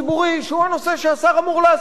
שהוא הנושא שהשר אמור לעסוק בו.